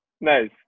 Nice